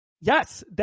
Yes